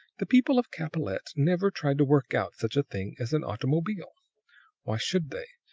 the people of capellette never tried to work out such a thing as an automobile why should they,